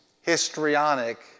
histrionic